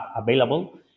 available